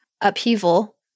Upheaval